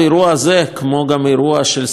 כמו גם אירוע של שרפות קודמות,